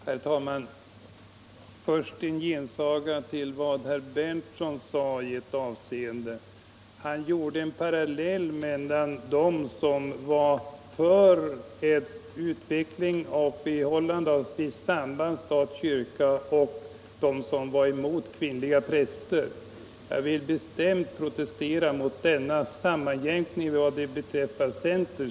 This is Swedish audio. Herr talman! Först en gensaga till vad herr Berndtson sade i ett avseende. Han gjorde en parallell mellan dem som var för en utveckling och ett behållande av sambandet stat-kyrka och dem som var emot kvinnliga präster. Jag vill bestämt protestera mot denna sammanjämkning vad beträffar centern.